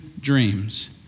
dreams